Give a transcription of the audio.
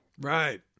Right